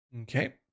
Okay